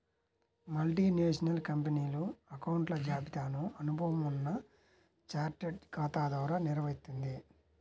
multinational కంపెనీలు అకౌంట్ల జాబితాను అనుభవం ఉన్న చార్టెడ్ ఖాతా ద్వారా నిర్వహిత్తుంది